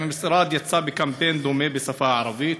1. האם יֵצֵא המשרד בקמפיין דומה בשפה הערבית?